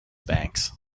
banks